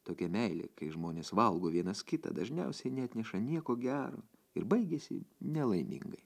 tokia meilė kai žmonės valgo vienas kitą dažniausiai neatneša nieko gero ir baigiasi nelaimingai